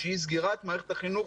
הסיבה שלא אישרנו את התקנות עדיין.